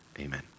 Amen